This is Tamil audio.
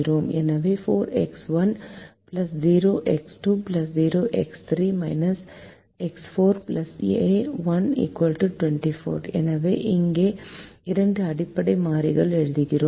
எனவே 4X1 0X2 0X3 X4 a1 24 எனவே இரண்டு அடிப்படை மாறிகள் எழுதுகிறோம்